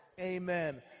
Amen